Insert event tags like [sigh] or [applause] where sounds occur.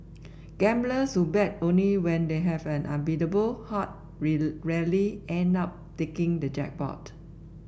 gamblers who bet only when they have an unbeatable hand [unintelligible] rarely end up taking the jackpot